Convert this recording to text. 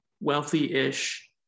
wealthy-ish